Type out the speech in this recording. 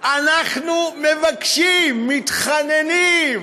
אנחנו מבקשים, מתחננים.